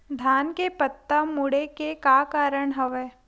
धान के पत्ता मुड़े के का कारण हवय?